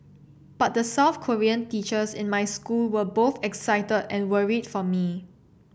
but the South Korean teachers in my school were both excited and worried for me